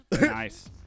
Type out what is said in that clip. Nice